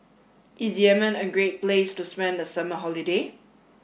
is Yemen a great place to spend the summer holiday